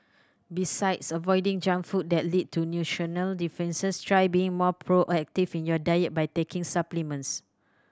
besides avoiding junk food that lead to nutritional deficiencies try being more proactive in your diet by taking supplements